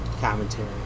commentary